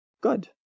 Good